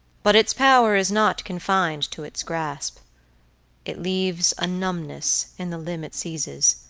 but its power is not confined to its grasp it leaves a numbness in the limb it seizes,